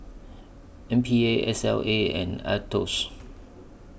M P A S L A and Aetos